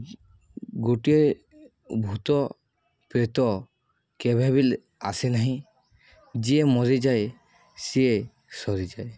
ଗୋଟିଏ ଭୂତ ପ୍ରେତ କେବେବିଲ୍ ଆସେ ନାହିଁ ଯିଏ ମରିଯାଏ ସିଏ ସରିଯାଏ